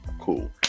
cool